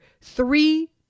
three